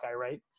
right